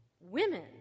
Women